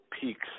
peaks